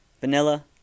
vanilla